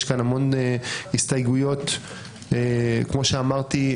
יש כאן המון הסתייגויות ענייניות, כמו שאמרתי,